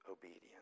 obedience